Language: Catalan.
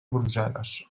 brussel·les